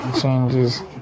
changes